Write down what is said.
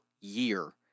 year